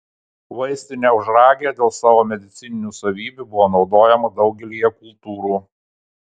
vaistinė ožragė dėl savo medicininių savybių buvo naudojama daugelyje kultūrų